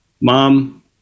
Mom